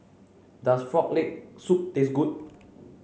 does frog leg soup taste good